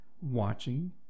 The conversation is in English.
watching